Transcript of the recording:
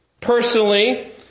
Personally